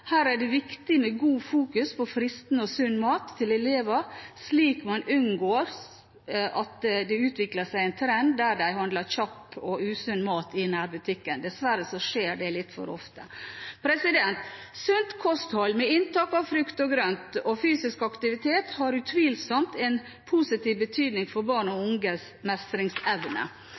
Her er det viktig med godt fokus på fristende og sunn mat til elevene, slik at man unngår at det utvikler seg en trend der de handler kjapp og usunn mat i nærbutikken. Dessverre skjer det litt for ofte. Sunt kosthold med inntak av frukt og grønt og fysisk aktivitet har utvilsomt en positiv betydning for barn og